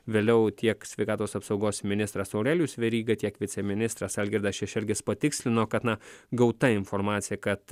vėliau tiek sveikatos apsaugos ministras aurelijus veryga tiek viceministras algirdas šešelgis patikslino kad na gauta informacija kad